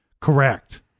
Correct